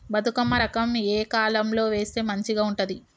బతుకమ్మ రకం ఏ కాలం లో వేస్తే మంచిగా ఉంటది?